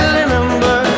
remember